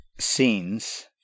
scenes